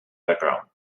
background